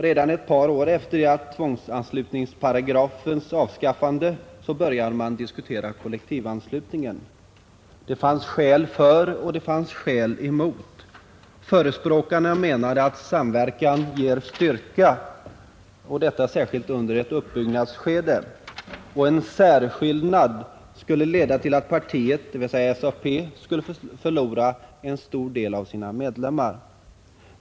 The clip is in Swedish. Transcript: Redan ett par år efter tvångsanslutningsparagrafens avskaffande började man diskutera kollektivanslutningen. Det fanns skäl både för och emot denna. Förespråkarna för densamma menade att samverkan ger styrka, särskilt under ett uppbyggnadsskede. En särskillnad skulle leda till att partiet, dvs. SAP, skulle förlora en stor del av sina medlemmar.